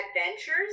adventures